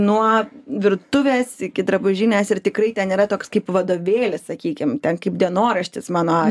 nuo virtuvės iki drabužinės ir tikrai ten yra toks kaip vadovėlis sakykim ten kaip dienoraštis mano